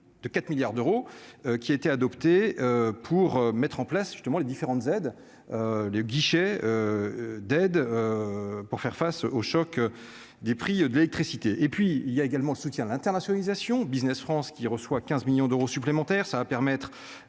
de 4 milliards d'euros, qui était adopté pour mettre en place justement les différentes aides le guichet d'aide pour faire face au choc des prix de l'électricité, et puis il y a également ce qui a l'internationalisation Business France qui reçoit 15 millions d'euros supplémentaires, ça va permettre